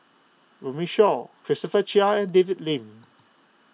Runme Shaw Christopher Chia and David Lim